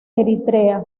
eritrea